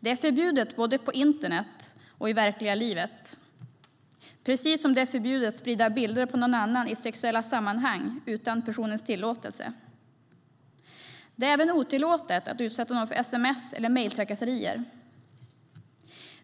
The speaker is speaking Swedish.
Det är förbjudet både på internet och i verkliga livet, precis som det är förbjudet att sprida bilder på någon annan i sexuella sammanhang utan personens tillåtelse. Det är även otillåtet att utsätta någon för sms eller mejltrakasserier.